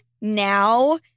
now